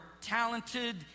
talented